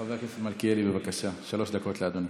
חבר הכנסת מלכיאלי, בבקשה, שלוש דקות לאדוני.